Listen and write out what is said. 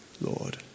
Lord